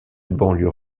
banlieue